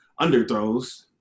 underthrows